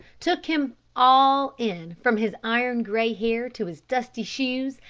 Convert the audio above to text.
took him all in, from his iron-grey hair to his dusty shoes,